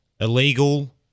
Illegal